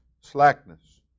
slackness